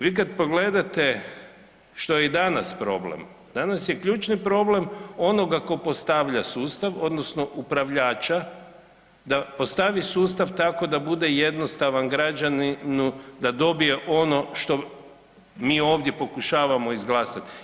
Vi kad pogledate što je i danas problem, danas je ključni problem onoga tko postavlja sustav odnosno upravljača da postavi sustav tako da bude jednostavan građaninu da dobije ono što mi ovdje pokušavamo izglasati.